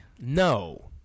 No